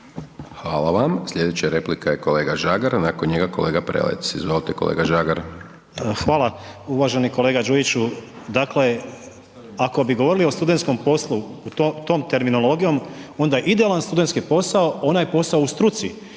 Hvala vam. Sljedeća replika je kolega Žagar, nakon njega kolega Prelec, izvolite kolega Žagar. **Žagar, Tomislav (HSU)** Hvala uvaženi kolega Đujiću. Dakle, ako bi govorili o studentskom poslu, tom terminologijom, onda je idealan studentski posao onaj posao u struci